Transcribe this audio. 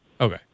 okay